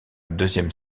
deuxième